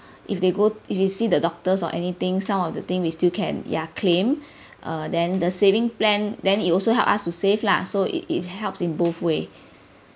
if they go if they see the doctors or anything some of the thing we still can ya claim uh then the saving plan then it also help us to save lah so it it helps in both way